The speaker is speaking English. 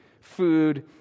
food